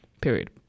Period